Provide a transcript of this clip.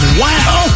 wow